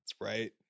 right